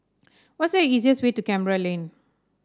what is the easiest way to Canberra Lane